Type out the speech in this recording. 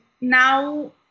now